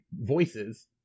voices